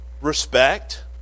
respect